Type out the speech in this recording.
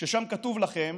ששם כתוב לכם